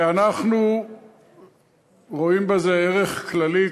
ואנחנו רואים בזה ערך כללי,